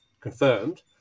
confirmed